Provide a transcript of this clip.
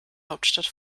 hauptstadt